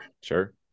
sure